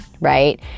right